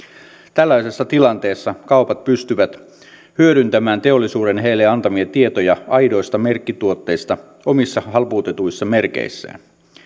tällaisessa tilanteessa kaupat pystyvät hyödyntämään teollisuuden heille antamia tietoja aidoista merkkituotteista omissa halpuutetuissa merkeissään